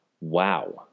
Wow